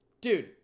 Dude